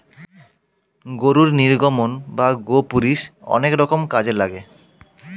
গরুর নির্গমন বা গোপুরীষ অনেক রকম কাজে লাগে